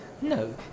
No